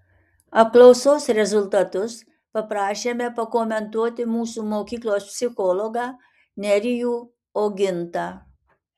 apklausos rezultatus paprašėme pakomentuoti mūsų mokyklos psichologą nerijų ogintą